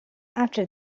after